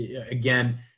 Again